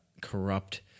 corrupt